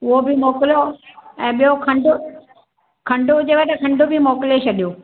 उहो बि मोकिलियो ऐं ॿियो खंडु खंडु हुजेव त खंडु बि मोकिले छॾियो